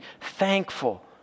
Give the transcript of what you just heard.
thankful